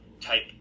type